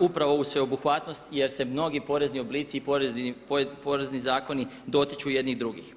upravo ovu sveobuhvatnost jer se mnogi porezni oblici i porezni zakoni dotiču jedni drugih.